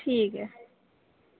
ठीक ऐ